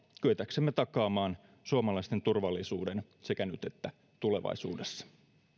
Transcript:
kyetäksemme takaamaan suomalaisten turvallisuuden sekä nyt että tulevaisuudessa